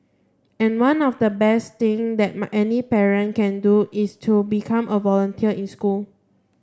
and one of the best thing that any parent can do is to become a volunteer in school